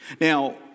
Now